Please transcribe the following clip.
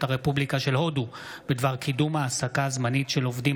הרפובליקה של הודו בדבר קידום העסקה זמנית של עובדים